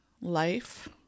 life